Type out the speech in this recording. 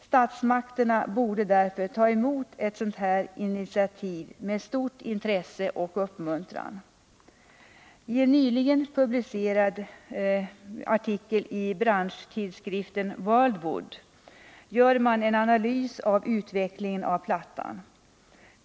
Statsmakterna borde därför ta emot ett sådant initiativ med stort intresse och uppmuntran. I en nyligen publicerad artikel i branschtidskriften World Wood gör man en analys av utvecklingen av plattan.